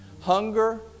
hunger